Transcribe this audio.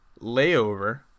Layover